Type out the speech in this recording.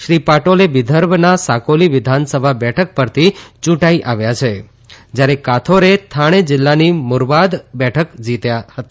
શ્રી પાટાલે વિદર્ભમાં સાકાલી વિધાનસભા બેઠક પરથી યુંટાઇ આવ્યા છે જયારે કાથારે થાણે જીલ્લાની મુરબાદ બેઠક જીત્યા હતા